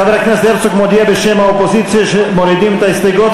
חבר הכנסת הרצוג מודיע בשם האופוזיציה שמורידים את ההסתייגויות.